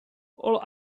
all